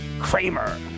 Kramer